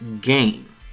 game